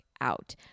out